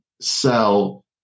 sell